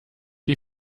die